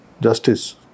justice